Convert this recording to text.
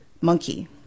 monkey